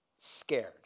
scared